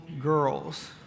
girls